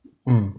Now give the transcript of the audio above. mm